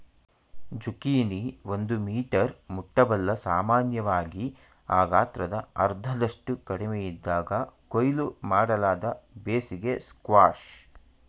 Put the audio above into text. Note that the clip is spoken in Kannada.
ಜುಕೀನಿ ಒಂದು ಮೀಟರ್ ಮುಟ್ಟಬಲ್ಲ ಸಾಮಾನ್ಯವಾಗಿ ಆ ಗಾತ್ರದ ಅರ್ಧದಷ್ಟು ಕಡಿಮೆಯಿದ್ದಾಗ ಕೊಯ್ಲು ಮಾಡಲಾದ ಬೇಸಿಗೆ ಸ್ಕ್ವಾಷ್